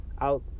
Out